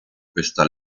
questa